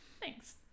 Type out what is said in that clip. thanks